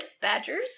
badgers